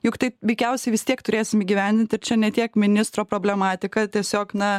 juk taip veikiausiai vis tiek turėsim įgyvendint ir čia ne tiek ministro problematika tiesiog na